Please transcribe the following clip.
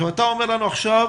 אתה אומר לנו עכשיו